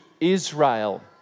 Israel